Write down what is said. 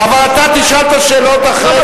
אבל אתה תשאל את השאלות אחרי זה.